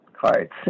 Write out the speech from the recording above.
cards